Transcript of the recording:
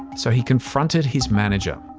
so he confronted his manager.